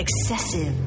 excessive